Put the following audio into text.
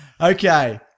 Okay